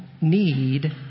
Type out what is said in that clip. need